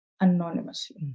anonymously